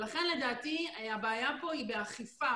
לכן לדעתי הבעיה כאן היא באכיפה.